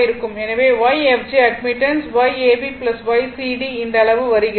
எனவே Yfg admittance Yab Ycd இந்த அளவு வருகிறது